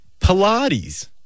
Pilates